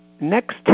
next